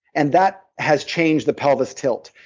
and that has changed the pelvis tilt,